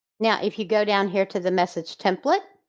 now if you go down here to the message template,